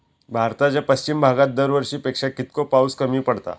भारताच्या पश्चिम भागात दरवर्षी पेक्षा कीतको पाऊस कमी पडता?